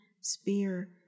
spear